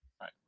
Right